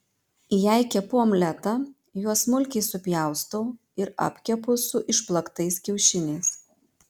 jei kepu omletą juos smulkiai supjaustau ir apkepu su išplaktais kiaušiniais